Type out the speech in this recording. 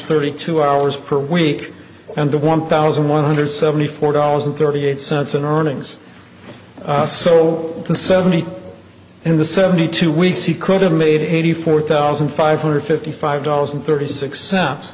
thirty two hours per week and the one thousand one hundred seventy four dollars and thirty eight cents in earnings so seventy in the seventy two weeks he could have made eighty four thousand five hundred fifty five dollars and thirty six